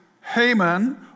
Haman